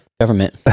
government